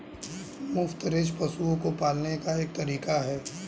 मुफ्त रेंज पशुओं को पालने का एक तरीका है